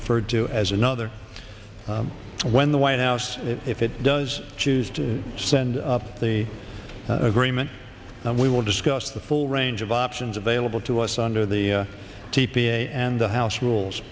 referred to as another when the white house if it does choose to send the agreement we will discuss the full range of options available to us under the t p a and the house rules